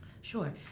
Sure